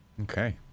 Okay